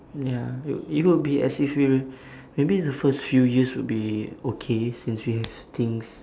ya it it could be as if we were maybe the first few years would be okay since we have things